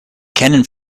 cannon